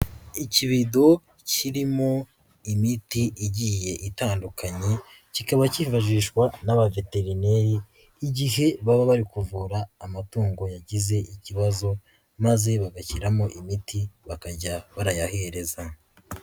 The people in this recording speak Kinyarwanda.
Ikibido kirimo imiti igiye itandukanye, kikaba kifashishwa n'abaveterineri igihe baba bari kuvura amatungo yagize ikibazo maze bagashyiramo imiti bakajya barayahereza.